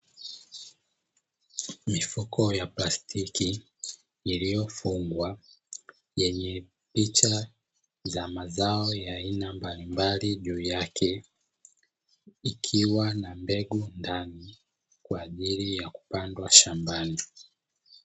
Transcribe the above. Mifuko ya plastiki iliyofungwa yenye picha za mazao ya aina mbali mbali juu yake ikiwa na mbegu ndani kwa ajili ya kupandwa shambani.